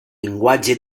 llenguatge